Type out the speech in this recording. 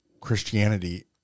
Christianity